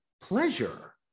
pleasure